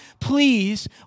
please